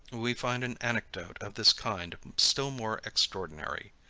we find an anecdote of this kind still more extraordinary.